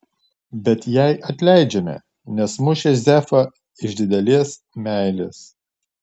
bet jai atleidžiame nes mušė zefą iš didelės meilės